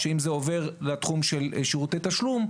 היא שאם זה עובר לתחום של שירותי תשלום,